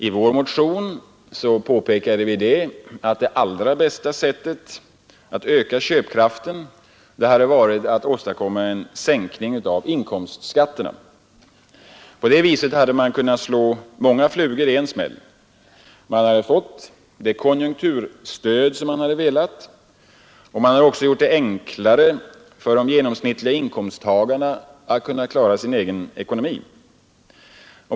I vår motion påpekar vi att det allra bästa sättet att öka köpkraften hade varit att åstadkomma en sänkning av inkomstskatterna. På det viset hade man kunnat slå många flugor i en smäll. Man hade fått det konjunkturstöd som man hade velat ha. Man hade också I gjort det enklare för de genomsnittliga inkomsttagarna att klara sin egen | ekonomi.